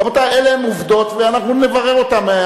רבותי, אלה הן עובדות, ואנחנו נברר אותן.